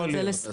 יכול להיות.